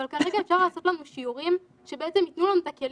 אבל כרגע אפשר לעשות לנו שיעורים שבעצם ייתנו לנו את הכלים,